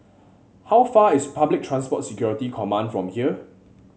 how far is Public Transport Security Command from here